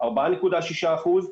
4.6 אחוזים.